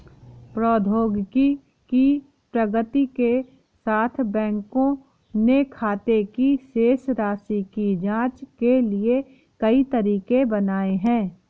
प्रौद्योगिकी की प्रगति के साथ, बैंकों ने खाते की शेष राशि की जांच के लिए कई तरीके बनाए है